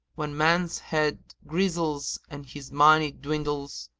when man's head grizzles and his money dwindles,